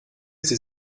sie